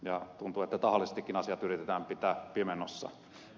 tuntuu että tahallisestikin asiat yritetään pitää pimennossa